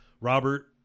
robert